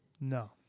No